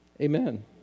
Amen